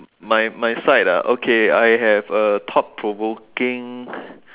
my my side ah okay I have a thought provoking